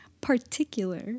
particular